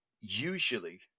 Usually